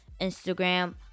Instagram